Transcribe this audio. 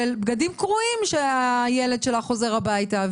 של בגדים קרועים שהילד שלך חוזר הביתה.